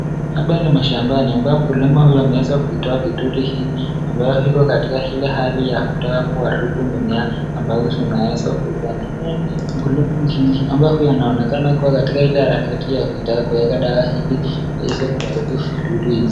Hapa ni mashambani ambaye mkulima huyu ambaye ameweza kuitolea vidudu hawa ambao wako katika Ile hali ya kutaka kuharibu mimea ambazo zonaeza haribika. Mkulima huyu ambaye anaonekana kuwa katika Ile harakati ya kutaka kuweka dawa hili kwa kuharibu mimea hizi.